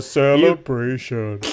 celebration